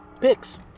Picks